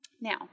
Now